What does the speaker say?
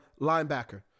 linebacker